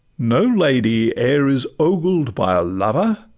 no lady e'er is ogled by a lover,